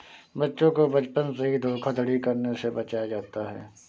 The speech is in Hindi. बच्चों को बचपन से ही धोखाधड़ी करने से बचाया जाता है